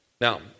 Now